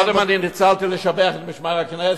קודם אני ניצלתי כדי לשבח את משמר הכנסת.